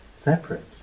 separate